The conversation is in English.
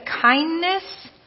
kindness